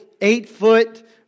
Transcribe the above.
eight-foot